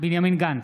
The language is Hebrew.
בנימין גנץ,